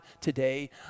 today